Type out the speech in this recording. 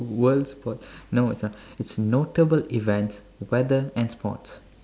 world sports no it's not it's notable events weather and sports